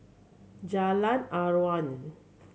Jalan Aruan